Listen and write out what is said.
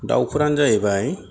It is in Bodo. दाउफोरानो जाहैबाय